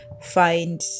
find